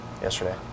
yesterday